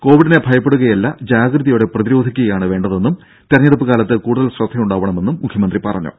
കോവിഡിനെ ഭയപ്പെടുകയല്ല ജാഗ്രതയോടെ പ്രതിരോധിക്കുകയാണ് വേണ്ടതെന്നും തെരഞ്ഞെടുപ്പ് കാലത്ത് കൂടുതൽ ശ്രദ്ധ ഉണ്ടാവണമെന്നും മുഖ്യമന്ത്രി പറഞ്ഞു